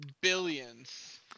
Billions